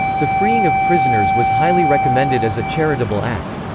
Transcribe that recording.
the freeing of prisoners was highly recommended as a charitable act.